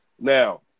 now